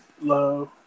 Love